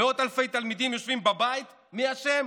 מאות אלפי תלמידים יושבים בבית, מי אשם?